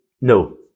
No